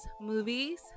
movies